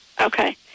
Okay